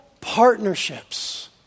partnerships